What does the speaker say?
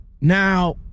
Now